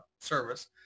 service